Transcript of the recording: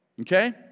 okay